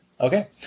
Okay